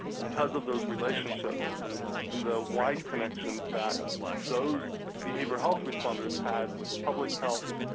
because of those relationships and the wide connections that those behavioral health responders had with public health,